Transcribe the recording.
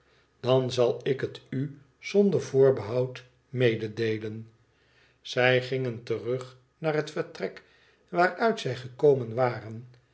dan zal ik het u zonder voorbehoud mededeelen zij gingen terug naar het vertrek waaruit zij gekomen waren